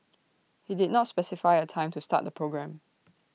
IT did not specify A time to start the programme